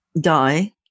die